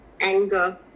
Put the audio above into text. anger